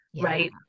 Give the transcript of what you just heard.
right